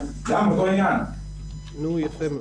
קשיים בין-לאומיים,